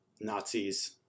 Nazis